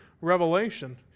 revelation